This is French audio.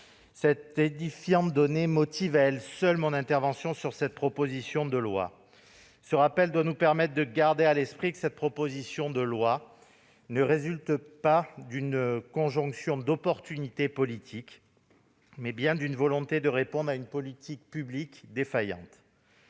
Cette édifiante donnée motive à elle seule mon intervention sur cette proposition de loi. Ce rappel doit nous permettre de garder à l'esprit que ce texte résulte non pas d'une conjonction d'opportunités politiques, mais bien d'une volonté de pallier une politique publique défaillante.